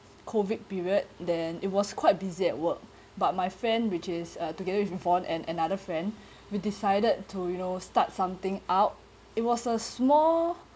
COVID period then it was quite busy at work but my friend which is uh together with yvonne and another friend we decided to you know start something out it was a small